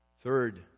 Third